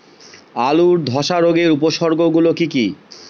আলুর ধ্বসা রোগের উপসর্গগুলি কি কি?